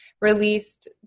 released –